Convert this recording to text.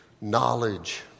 knowledge